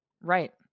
Right